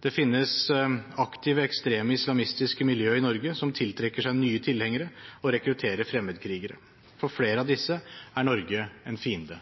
Det finnes aktive ekstreme islamistiske miljøer i Norge som tiltrekker seg nye tilhengere og rekrutterer fremmedkrigere. For flere av disse er Norge en fiende.»